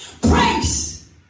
Praise